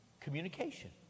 communication